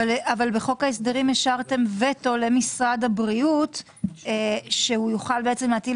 אבל בחוק ההסדרים השארתם וטו למשרד הבריאות שיוכל להטיל